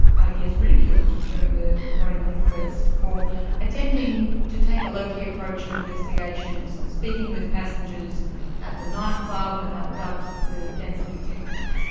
i guess, ridiculed, during the the coronial inquest for attempting to take a low-key approach to investigations, speaking with passengers at the night club, and they were ah dubbed the dancing detectives.